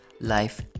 life